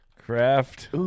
craft